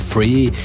Free